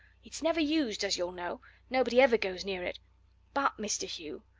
it's never used, as you'll know nobody ever goes near it but, mr. hugh,